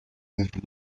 with